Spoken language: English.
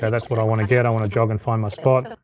yeah that's what i wanna get. i wanna jog and find my spot.